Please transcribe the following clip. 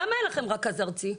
למה אין לכם רכז ארצי?